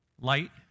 Light